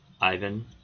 Ivan